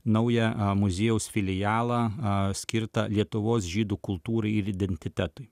naują muziejaus filialą skirtą lietuvos žydų kultūrai ir identitetui